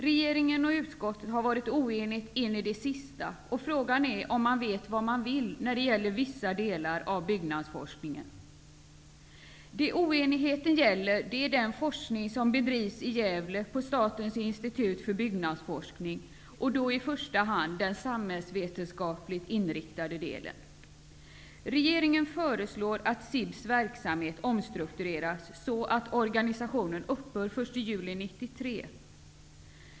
Regeringen och utskottet har varit oeniga in i det sista, och frågan är om man vet vad man vill när det gäller vissa delar av byggnadsforskningen. Det oenigheten gäller är den forskning som bedrivs i Gävle på Statens institut för byggnadsforskning, SIB. I första hand gäller det den samhällsvetenskapligt inriktade delen. juli 1993.